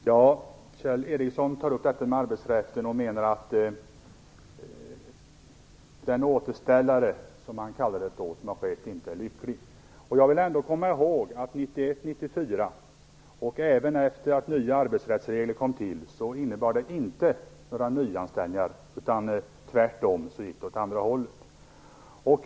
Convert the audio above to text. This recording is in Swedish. Herr talman! Kjell Ericsson tar upp arbetsrätten och menar att den återställare, som han kallar det, som har skett inte är lycklig. Jag vill ändå att vi skall komma ihåg att det inte gjordes några nyanställningar 1991-1994 och inte heller efter det att nya arbetsrättsregler kom till. Tvärtom gick det åt andra hållet.